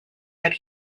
that